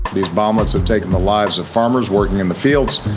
these bomblets have taken the lives of farmers working in the fields,